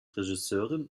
regisseurin